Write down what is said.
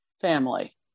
family